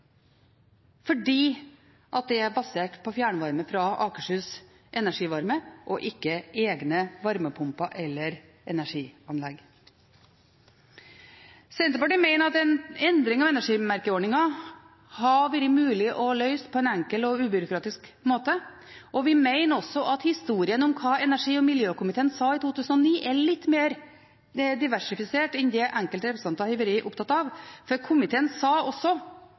er basert på fjernvarme fra Akershus Energi Varme og ikke på egne varmepumper eller energianlegg. Senterpartiet mener at en endring av energimerkeordningen hadde vært mulig å løse på en enkel og ubyråkratisk måte, og vi mener også at historien om hva energi- og miljøkomiteen sa i 2009, er litt mer diversifisert enn det enkelte representanter har vært opptatt av, for komiteen sa også: